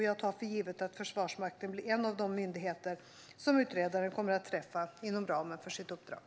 Jag tar för givet att Försvarsmakten blir en av de myndigheter som utredaren kommer att träffa inom ramen för sitt uppdrag.